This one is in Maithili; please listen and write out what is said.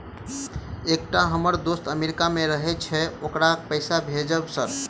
एकटा हम्मर दोस्त अमेरिका मे रहैय छै ओकरा पैसा भेजब सर?